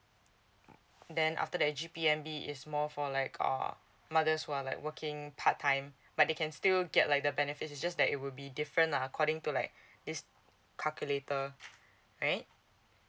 then after that g p m b is more for like err mothers who are like working part time but they can still get like the benefits is just that it will be different (la) according to like this calculator right